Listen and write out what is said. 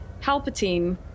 palpatine